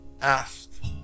asked